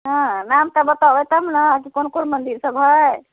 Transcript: हँ नाम सभ बतैबे तब ने कि कोन कोन मंदिर सभ है